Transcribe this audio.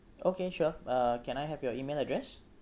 okay sure uh can I have your email address